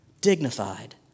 dignified